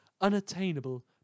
Unattainable